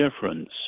difference